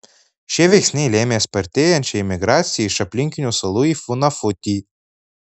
šie veiksniai lėmė spartėjančią imigraciją iš aplinkinių salų į funafutį